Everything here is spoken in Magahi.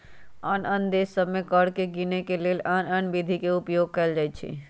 आन आन देश सभ में कर के गीनेके के लेल आन आन विधि के उपयोग कएल जाइ छइ